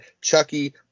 Chucky